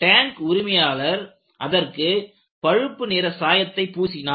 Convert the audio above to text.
tank உரிமையாளர் அதற்கு பழுப்பு நிறச் சாயத்தை பூசினார்